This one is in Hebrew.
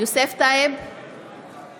יוסף טייב, אינו נוכח אלון טל,